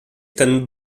ten